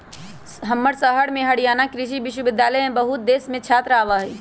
हमर शहर में हरियाणा कृषि विश्वविद्यालय में बहुत देश से छात्र आवा हई